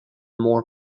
more